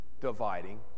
dividing